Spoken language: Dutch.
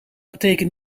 betekent